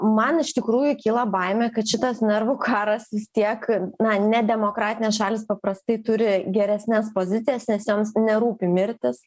man iš tikrųjų kyla baimė kad šitas nervų karas vis tiek na ne demokratinės šalys paprastai turi geresnes pozicijas nes joms nerūpi mirtys